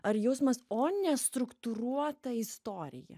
ar jausmas o ne struktūruota istorija